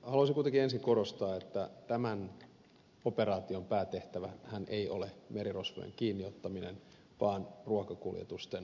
haluaisin kuitenkin ensin korostaa että tämän operaation päätehtävähän ei ole merirosvojen kiinniottaminen vaan ruokakuljetusten turvaaminen